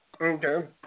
Okay